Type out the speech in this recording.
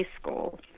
school